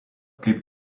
kaip